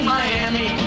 Miami